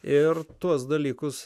ir tuos dalykus